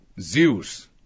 Zeus